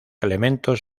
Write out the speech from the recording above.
elementos